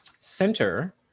Center